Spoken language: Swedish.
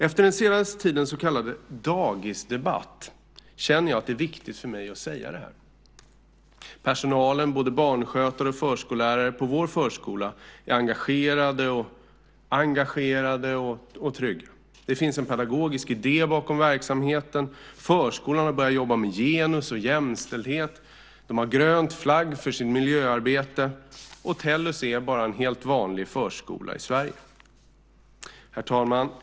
Efter den senaste tidens så kallade dagisdebatt känner jag att det är viktigt för mig att säga det här. Personalen, både barnskötare och förskollärare på vår förskola, är engagerad och trygg. Det finns en pedagogisk idé bakom verksamheten. Förskolan har börjat jobba med genus och jämställdhet. De har grön flagg för sitt miljöarbete, och Tellus är bara en helt vanlig förskola i Sverige.